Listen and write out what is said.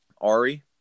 Ari